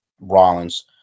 Rollins